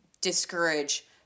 discourage